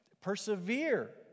Persevere